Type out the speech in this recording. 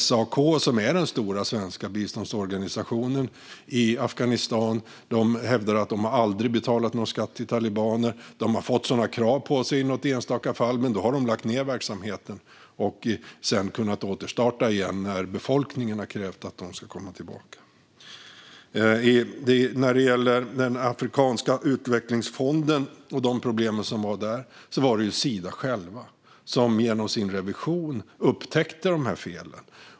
Sak, som är den stora svenska biståndsorganisationen i Afghanistan, hävdar att man aldrig betalat någon skatt till talibaner. De har fått sådana krav på sig i något enstaka fall, men då har de lagt ned verksamheten och sedan kunnat återstarta den när befolkningen har krävt att de ska komma tillbaka. När det gäller den afrikanska utvecklingsfonden och de problem som var där var det ju Sida självt som genom sin revision upptäckte felen.